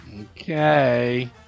Okay